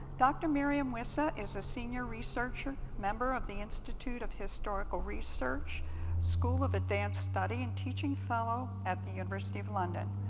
dr. myriam wyssa is a senior researcher, member of the institute of historical research school of advanced study and teaching fellow at the university of london.